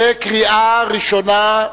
התש"ע 2009, בקריאה ראשונה.